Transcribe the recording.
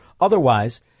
Otherwise